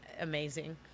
amazing